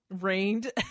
rained